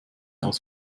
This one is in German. aus